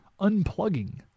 unplugging